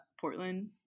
Portland